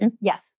Yes